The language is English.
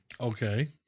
okay